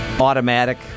Automatic